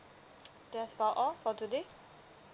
that's about all for today